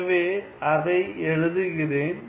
எனவே அதை எழுதுகிறேன்